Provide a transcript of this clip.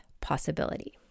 possibility